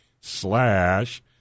slash